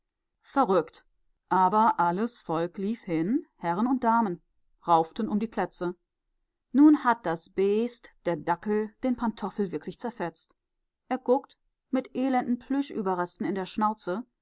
verrückt aber alles volk lief hin herren und damen rauften um die plätze nun hat das beest der dackel den pantoffel wirklich zerfetzt er guckt mit elenden plüschüberresten in der schnauze